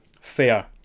Fair